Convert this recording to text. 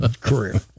career